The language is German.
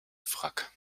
wrack